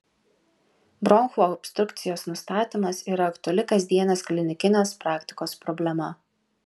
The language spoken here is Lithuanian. bronchų obstrukcijos nustatymas yra aktuali kasdienės klinikinės praktikos problema